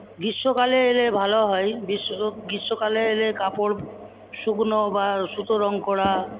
গ্রীষ্মকালে এলে ভালো হয় গ্রীষ্ম গ্রীষ্মকালে এলে কাপড় শুকোনো বা সুতো রঙ করা